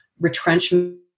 retrenchment